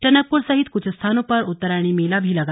टनकपुर सहित कुछ स्थानों पर उत्तरायणी मेला भी लगा